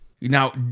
Now